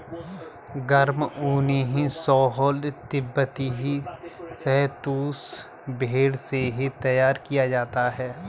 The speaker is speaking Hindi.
गर्म ऊनी शॉल तिब्बती शहतूश भेड़ से तैयार किया जाता है